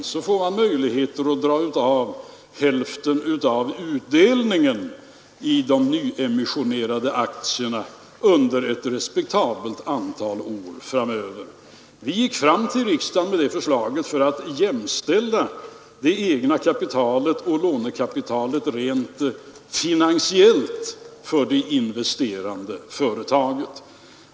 Man får med andra ord möjligheter att dra av utdelningen på de nyemissionerade aktierna under ett respektabelt antal år framöver. Vi gick fram till riksdagen med det förslaget för att jämställa det egna kapitalet och lånekapitalet rent finansiellt för det investerande företaget.